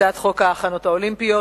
הצעת חוק ההכנות האולימפיות.